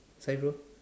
hi bro